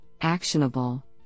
actionable